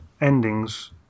endings